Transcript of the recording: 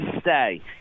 stay